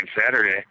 Saturday